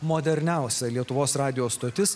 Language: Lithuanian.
moderniausia lietuvos radijo stotis